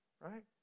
right